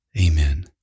Amen